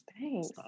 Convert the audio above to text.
Thanks